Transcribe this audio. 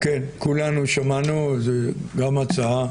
כולנו שמענו, זו גם הצעה